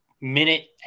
minute